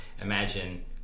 imagine